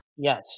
Yes